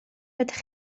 ydych